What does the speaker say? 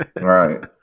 right